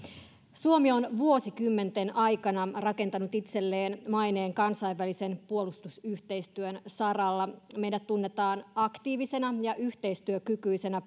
suomi on vuosikymmenten aikana rakentanut itselleen maineen kansainvälisen puolustusyhteistyön saralla meidät tunnetaan aktiivisena ja yhteistyökykyisenä